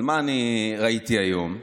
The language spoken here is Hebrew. אבל מה ראיתי היום?